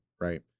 right